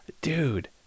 dude